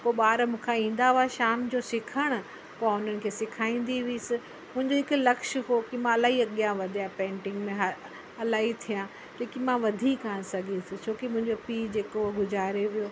पोइ ॿार मूंखां ईंदा हुआ शाम जो सिखण पो हुननि खे सेखारींदी हुअसि मुंहिंजो हिकु लक्ष्य हुओ की मां इलाही अॻियां वधियां पेंटिंग में हा इलाही थियां लेकिन मां वधी कोन सघियसि छो की मुंहिंजो पीउ जेको गुज़ारे वियो